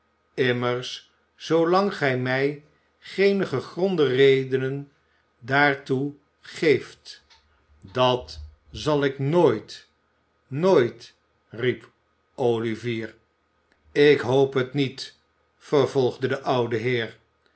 immers zoolang gij mij geene gegronde redenen daartoe geeft dat zal ik nooit nooit riep olivier ik hoop het niet vervolgde de oude heer